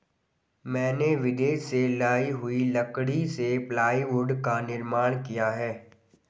मैंने विदेश से लाई हुई लकड़ी से प्लाईवुड का निर्माण किया है